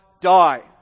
die